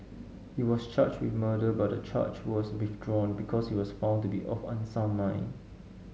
he was charged with murder but the charge was withdrawn because he was found to be of unsound mind